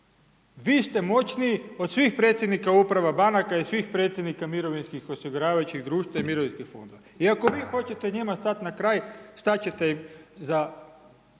Vi ste moćniji od svih predsjednika uprava, banaka i svih predsjednika mirovinskih, osiguravajućih društva i mirovinskih fondova. I ako vi hoćete njima stat na kraj, stat ćete im za